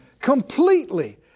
completely